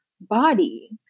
body